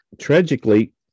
tragically